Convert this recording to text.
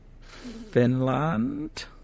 Finland